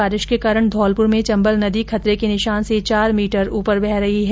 बारिश के कारण धौलपुर में चम्बल नदी खतरे के निशान से चार मीटर ऊपर बह रही है